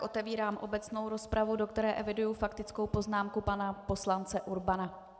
Otevírám obecnou rozpravu, do které eviduji faktickou poznámku pana poslance Urbana.